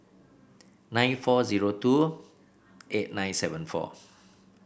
nine four zero two eight nine seven four